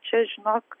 čia žinok